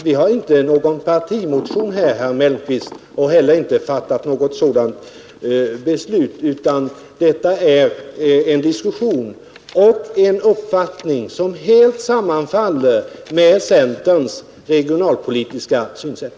Vi har inte avgett någon partimotion, herr Mellqvist, och vi har heller inte fattat något sådant beslut, men detta är en uppfattning som helt sammanfaller med centerns regionalpolitiska synsätt.